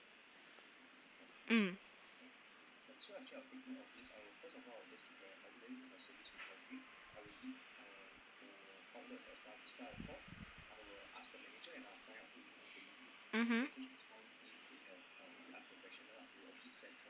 mm mmhmm